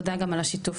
תודה גם על השיתוף.